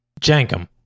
Jankum